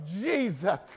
Jesus